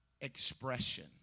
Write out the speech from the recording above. expression